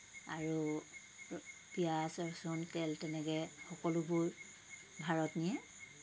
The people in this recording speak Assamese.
আৰু পিঁয়াজ ৰচুন তেল তেনেকৈ সকলোবোৰ ভাৰত নিয়ে